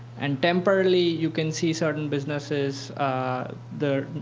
and temporarily you can see certain businesses there